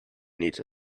need